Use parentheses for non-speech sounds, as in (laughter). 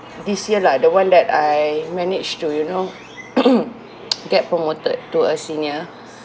this year lah the one that I managed to you know (coughs) (noise) get promoted to a senior